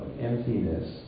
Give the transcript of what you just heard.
emptiness